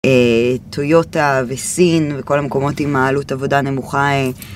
טויוטה וסין וכל המקומות עם העלות עבודה נמוכה.